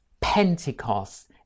Pentecost